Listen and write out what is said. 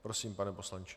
Prosím, pane poslanče.